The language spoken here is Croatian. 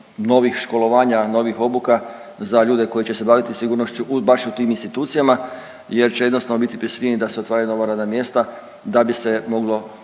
novih školovanja, novih obuka za ljude koji će se baviti sigurnošću baš u tim institucijama jer će jednostavno biti prisiljeni da se otvaraju nova radna mjesta da bi se moglo